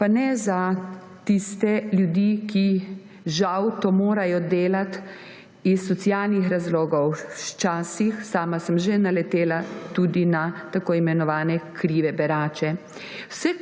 pa ne za tiste ljudi, ki to žal morajo delati iz socialnih razlogov. Včasih, sama sem že naletela tudi na tako imenovane krive berače.